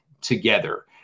together